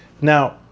Now